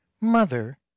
mother